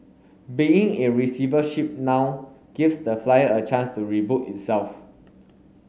being in receivership now gives the Flyer a chance to reboot itself